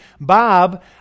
Bob